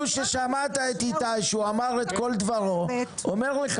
שמעת את איתי עצמון שאמר את כל דברו אומר לך